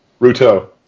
Ruto